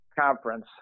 Conference